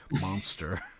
monster